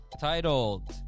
titled